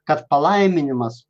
kad palaiminimas